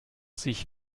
sich